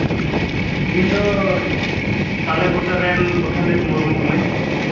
ᱤᱧ ᱫᱚ ᱛᱟᱞᱮᱵᱩᱴᱟᱹ ᱨᱮᱱ ᱯᱨᱚᱥᱮᱱᱡᱤᱛ ᱢᱩᱨᱢᱩ ᱠᱟᱹᱱᱟᱹᱧ